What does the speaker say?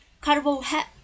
carbohydrate